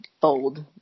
bold